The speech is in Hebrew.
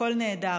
הכול נהדר.